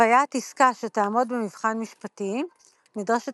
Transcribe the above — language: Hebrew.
התווית עסקה שתעמוד במבחן משפטי – נדרשת